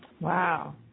Wow